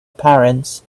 parents